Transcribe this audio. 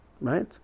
right